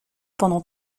pendant